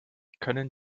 können